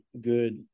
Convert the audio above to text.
good